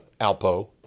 ALPO